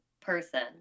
person